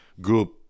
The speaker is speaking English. group